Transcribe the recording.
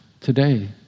today